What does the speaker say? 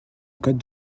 code